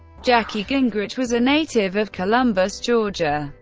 jackie gingrich was a native of columbus, georgia.